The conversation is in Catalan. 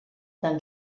tan